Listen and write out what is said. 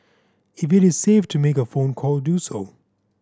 if it is safe to make a phone call do so